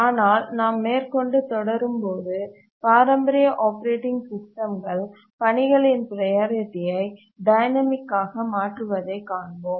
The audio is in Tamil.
ஆனால் நாம் மேற்கொண்டு தொடரும்போது பாரம்பரிய ஆப்பரேட்டிங் சிஸ்டம்கள் பணிகளின் ப்ரையாரிட்டியை டைனமிக் ஆக மாற்றுவதைக் காண்போம்